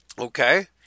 Okay